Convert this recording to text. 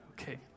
okay